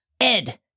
Ed